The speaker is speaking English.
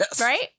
right